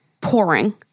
pouring